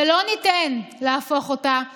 ולא ניתן להפוך אותה לכישלון.